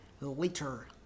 later